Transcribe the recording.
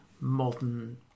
modern